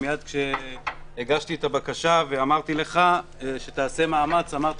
מייד כשהגשתי את הבקשה ואמרתי לך שתעשה מאמץ אמרת